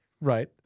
Right